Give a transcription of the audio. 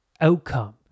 outcome